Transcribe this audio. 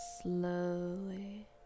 slowly